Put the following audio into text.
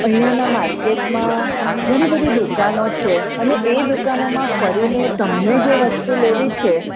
અહીંની માર્કેટમાં ઘણી બધી દુકાનો છે અને એ દુકાનોમાં ફરીને તમને જે વસ્તુઓ લેવી છે